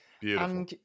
Beautiful